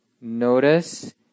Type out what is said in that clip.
notice